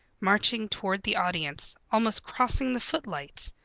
marching toward the audience, almost crossing the footlights,